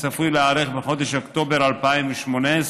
שצפויות להיערך בחודש אוקטובר 2018,